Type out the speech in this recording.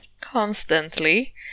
constantly